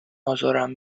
ازارم